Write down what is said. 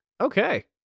Okay